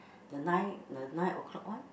the nine the nine o-clock one